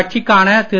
கட்சிக்கான திரு